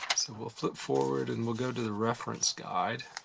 we'll flip forward and we'll go to the reference guide,